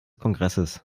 kongresses